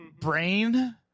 Brain